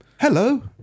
Hello